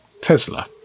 tesla